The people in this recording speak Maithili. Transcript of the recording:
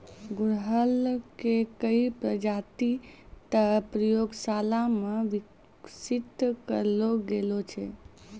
गुड़हल के कई प्रजाति तॅ प्रयोगशाला मॅ विकसित करलो गेलो छै